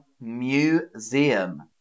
museum